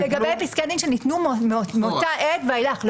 לגבי פסקי דין שניתנו מאותה עת ואילך.